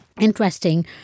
interesting